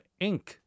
Inc